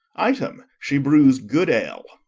item she brews good ale